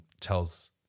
tells